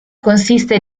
consiste